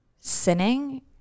sinning